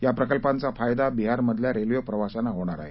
या प्रकल्पांचा फायदा बिहारमधल्या रेल्वे प्रवाशांना होणार आहे